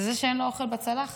זה מי שאין לו אוכל בצלחת.